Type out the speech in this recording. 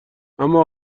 اما